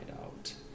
out